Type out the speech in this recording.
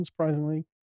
unsurprisingly